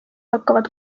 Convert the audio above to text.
hakkavad